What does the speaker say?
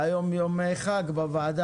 היום הוא יום חג בוועדה,